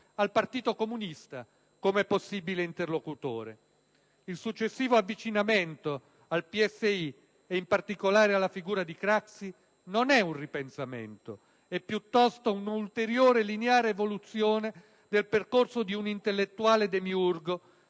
al Partito Comunista come possibile interlocutore. Il successivo avvicinamento al Partito Socialista Italiano, e in particolare alla figura di Craxi, non è un ripensamento; è piuttosto un'ulteriore e lineare evoluzione del percorso di un intellettuale demiurgo